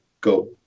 go